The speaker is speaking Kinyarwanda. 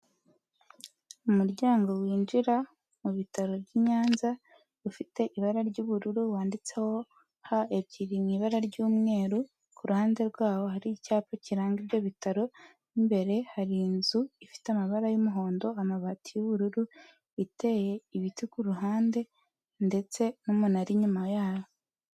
Umuryango winjira mub’ibitaro by'i nyanza ufite ibara ry'ubururu wanditseho H ebyiri mw’ibara ry'umweru kuruhande rwaho hari icyapa kiranga ibyo bitaro n'imbere har’inzu ifite amabara y'umuhondo amabati y'ubururu iteye ibiti kuruhande ndetse n'umuntu ar’inyuma yayo.